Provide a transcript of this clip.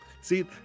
see